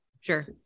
sure